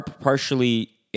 partially